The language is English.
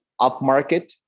upmarket